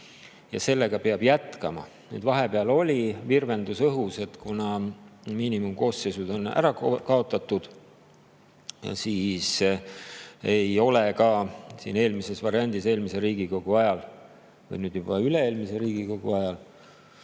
ja sellega peab jätkama. Nüüd, vahepeal oli virvendus õhus, et kuna miinimumkoosseisud on ära kaotatud, siis ei ole ka … Siin eelmises variandis, eelmise Riigikogu [koosseisu] ajal – nüüd juba üle-eelmise Riigikogu